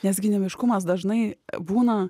nes gyvenimiškumas dažnai būna